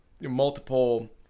multiple